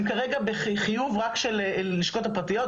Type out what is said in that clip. הם כרגע בחיוב רק של הלשכות הפרטיות,